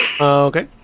Okay